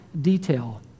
detail